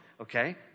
okay